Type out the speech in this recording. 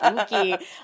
Spooky